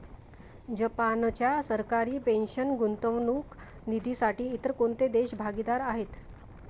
जपानच्या सरकारी पेन्शन गुंतवणूक निधीसाठी इतर कोणते देश भागीदार आहेत?